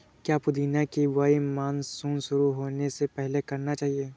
क्या पुदीना की बुवाई मानसून शुरू होने से पहले करना चाहिए?